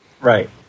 Right